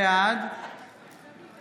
בעד